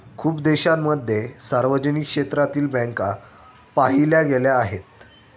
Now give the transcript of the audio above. खूप देशांमध्ये सार्वजनिक क्षेत्रातील बँका पाहिल्या गेल्या आहेत